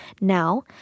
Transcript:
now